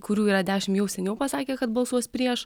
kurių yra dešim jau seniau pasakė kad balsuos prieš